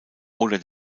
oder